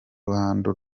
ruhando